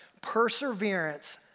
Perseverance